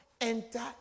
enter